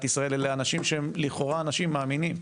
ישראל אלה אנשים שהם לכאורה אנשים מאמינים.